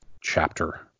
chapter